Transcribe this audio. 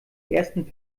ersten